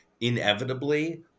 inevitably